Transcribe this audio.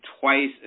twice